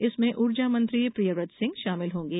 इसमे ऊर्जा मंत्री प्रियवत सिंह शामिल होंगे